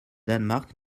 danemark